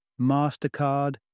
MasterCard